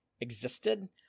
existed